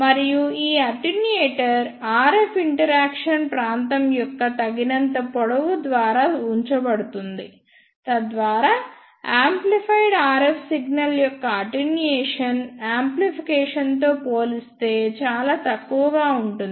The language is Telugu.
మరియు ఈ అటెన్యూయేటర్ RF ఇంటరాక్షన్ ప్రాంతం యొక్క తగినంత పొడవు తర్వాత ఉంచబడుతుంది తద్వారా యాంప్లిఫైడ్ RF సిగ్నల్ యొక్క అటెన్యుయేషన్ యాంప్లికేషన్ తో పోలిస్తే చాలా తక్కువగా ఉంటుంది